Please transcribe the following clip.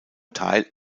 teil